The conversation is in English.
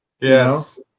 Yes